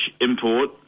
import